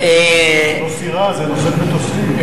זו לא סירה, זו נושאת מטוסים.